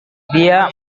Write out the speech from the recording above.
dia